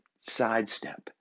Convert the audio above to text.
sidestep